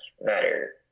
matter